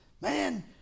man